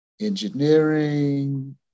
engineering